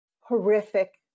horrific